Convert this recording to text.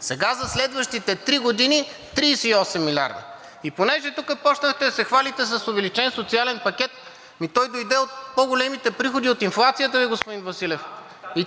Сега за следващите три години – 38 милиарда. И понеже тук започнахте да се хвалите с увеличен социален пакет, ами той дойде от по-големите приходи от инфлацията, бе господин Василев.